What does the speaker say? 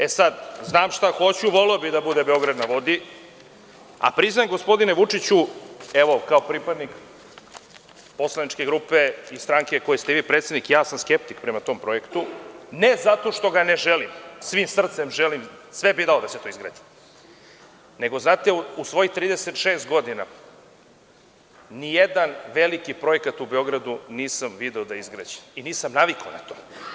E, znam šta hoću i voleo bih da bude „Beograd na vodi“, a priznajem gospodine Vučiću, evo, kao pripadnik poslaničke grupe i stranke koje ste vi predsednik, ja sam skeptik prema tom projektu ne zato što ga ne želim, svim srcem želim i sve bih dao da se to izgradi nego znate u svojih 36 godina nijedan veliki projekat u Beogradu nisam video da je izgrađen i nisam navikao na to.